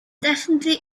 definitely